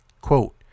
Quote